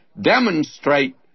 demonstrate